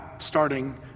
starting